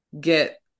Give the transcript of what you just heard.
get